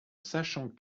sachant